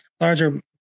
larger